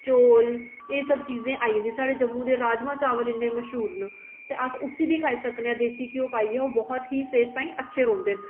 चौल एह् सब चीजां आई जंदियां साढ़े जम्मू दे राजमांह् चावल इन्ने मश्हूर न ते अस उसी बी खाई सकने आं देसी घ्यो पाइयै ओह् बहुत ही सेह्त ताईं अच्छे रौंह्दे न